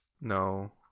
No